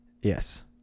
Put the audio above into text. Yes